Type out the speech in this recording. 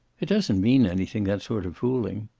it doesn't mean anything, that sort of fooling.